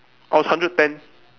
I was hundred ten